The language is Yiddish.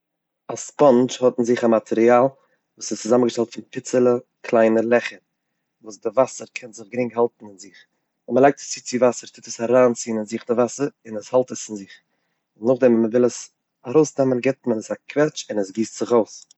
א ספאנזש האט אין זיך א מאטריאל וואס איז צוזאמענגעשטעלט פון פיצעלע קליינע לעכער וואס די וואסער קען זיך גרינג האלטן אין זיך, ווען מען לייגט צו וואסער טוט עס אריינציען אין זיך די וואסער און עס האלט עס אין זיך, נאכדעם מען וויל עס ארויסנעמען געבט מען א קוועטש און עס גיסט זיך אויס.